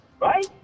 right